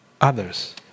others